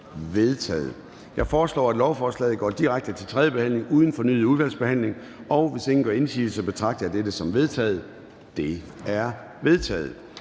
Jeg foreslår, at lovforslaget går direkte til tredje behandling uden fornyet udvalgsbehandling. Hvis ingen gør indsigelse, betragter jeg dette som vedtaget. Det er vedtaget.